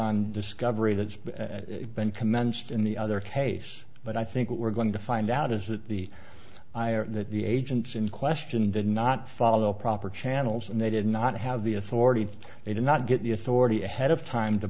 on discovery that's been commenced in the other case but i think what we're going to find out is that the that the agents in question did not follow proper channels and they did not have the authority they did not get youth already ahead of time to